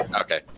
Okay